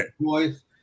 boys